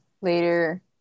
Later